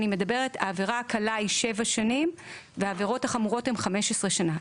אני מדברת על כך שהעבירה הקלה היא שבע שנים והעבירות החמורות הם 15 שנה.